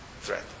threat